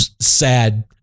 sad